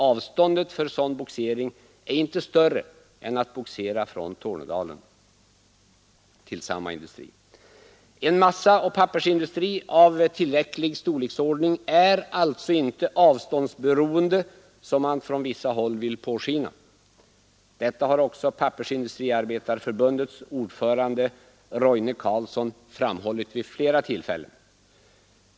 Avståndet för sådan bogsering är inte större än att bogsera från Tornedalen till samma industri. En massaoch pappersindustri av tillräcklig storleksordning är alltså inte avståndsberoende, som man från vissa håll vill påskina. Detta har också Pappersindustriarbetareförbundets ordförande, Roine Carlsson, framhållit vid flera tillfällen.